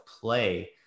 play